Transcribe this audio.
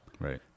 Right